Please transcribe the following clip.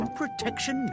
protection